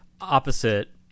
opposite